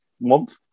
month